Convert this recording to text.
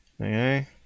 Okay